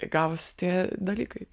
gavosi tie dalykai